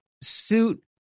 suit